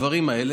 הדברים האלה.